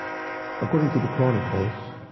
according to the chronicles,